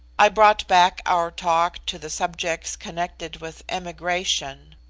i brought back our talk to the subjects connected with emigration.